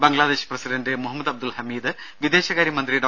Bangladesh president Muhammad Abdul Hamid വിദേശകാര്യമന്ത്രി ഡോ